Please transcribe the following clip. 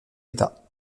états